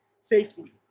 safety